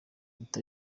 leta